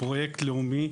פרויקט לאומי,